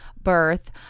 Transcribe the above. birth